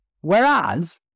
Whereas